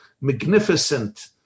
magnificent